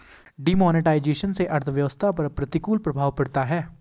demonetisation से अर्थव्यवस्था पर प्रतिकूल प्रभाव पड़ता है